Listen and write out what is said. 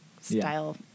style